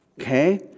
Okay